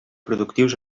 productius